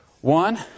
One